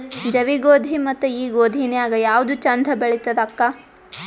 ಜವಿ ಗೋಧಿ ಮತ್ತ ಈ ಗೋಧಿ ನ್ಯಾಗ ಯಾವ್ದು ಛಂದ ಬೆಳಿತದ ಅಕ್ಕಾ?